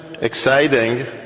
exciting